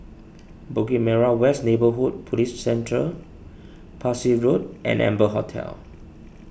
Bukit Merah West Neighbourhood Police Centre Parsi Road and Amber Hotel